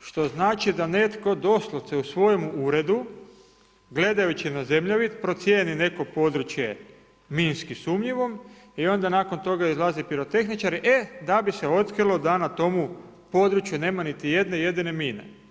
što znači da netko doslovce u svojem uredu gledajući na zemljovid procijeni neko područje minski sumnjivom i onda nakon toga izlazi pirotehničar e da bi se otkrilo da na tomu području nema niti jedne jedine mine.